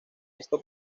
esto